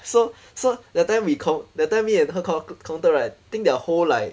so so that time we count that time me and her count counted right I think their whole like